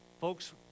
Folks